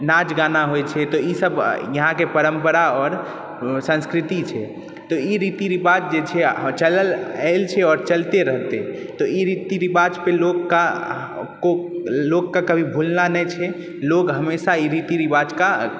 नाच गाना होइ छै तऽ ई सब यहाँके परम्परा आओर संस्कृति छै तऽ ई रीति रिवाज जे छै चलल आएल छै आओर चलिते रहतै तऽ ई रीति रिवाजपर लोकके कभी भुलना नहि छै लोक हमेशा ई रीति रिवाजके